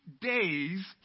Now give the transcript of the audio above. days